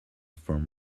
from